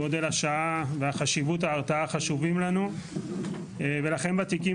גודל השעה וחשיבות ההרתעה חשובים לנו ולכן בתיקים